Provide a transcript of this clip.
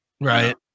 Right